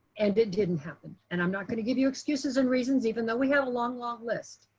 and it didn't happen. and i'm not gonna give you excuses and reasons, even though we have a long, long list.